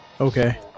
Okay